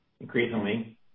Increasingly